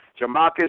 Jamarcus